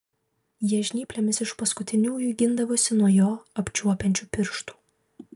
jie žnyplėmis iš paskutiniųjų gindavosi nuo jo apčiuopiančių pirštų